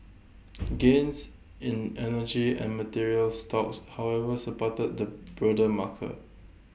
gains in energy and materials stocks however supported the broader marker